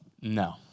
no